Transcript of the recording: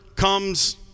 comes